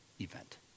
event